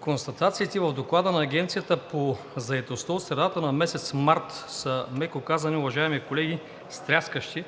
констатациите в Доклада на Агенцията по заетостта от средата на месец март, меко казано, уважаеми колеги, са стряскащи.